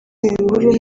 ibihuru